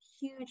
huge